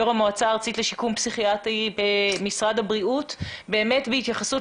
יושב ראש המועצה הארצית לשיקום פסיכיאטרי במשרד הבריאות בהתייחסות